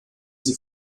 sie